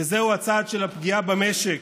וזהו הצד של הפגיעה במשק,